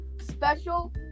special